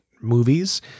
movies